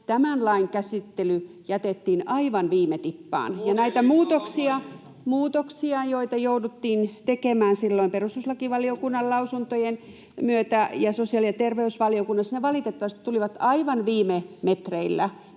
tämän lain käsittely jätettiin aivan viime tippaan, [Antti Kurvisen välihuuto] ja nämä muutokset, joita jouduttiin tekemään silloin perustuslakivaliokunnan lausuntojen myötä ja sosiaali- ja terveysvaliokunnassa, valitettavasti tulivat aivan viime metreillä,